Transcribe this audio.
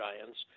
Giants